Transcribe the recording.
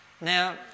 Now